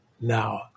now